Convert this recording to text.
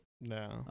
No